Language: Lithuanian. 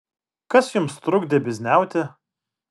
kas jums trukdė bizniauti